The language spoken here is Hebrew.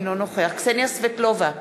אינו נוכח קסניה סבטלובה,